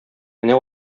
менә